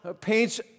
paints